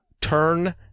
Turn